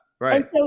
Right